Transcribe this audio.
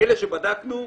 אלה שבדקנו,